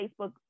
Facebook